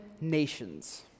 nations